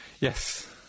Yes